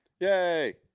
Yay